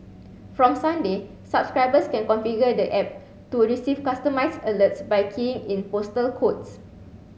from Sunday subscribers can configure the app to receive customised alerts by keying in postal codes